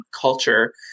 culture